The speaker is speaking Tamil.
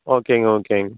ஓகேங்க ஓகேங்க